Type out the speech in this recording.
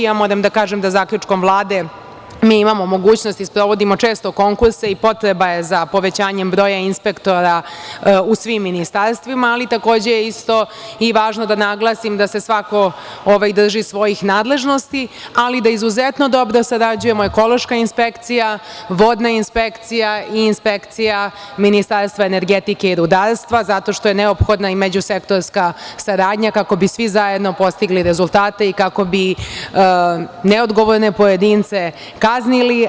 Ja moram da kažem da, zaključkom Vlade, mi imamo mogućnost i sprovodimo često konkurse i potreba je za povećanjem broja inspektora u svim ministarstvima, ali takođe je važno da naglasim da se svako drži svojih nadležnosti, ali da izuzetno dobro sarađujemo ekološka inspekcija, vodna inspekcija i inspekcija Ministarstva energetike i rudarstva zato što je neophodna i međusektorska saradnja kako bi svi zajedno postigli rezultate i kako bi neodgovorne pojedince kaznili.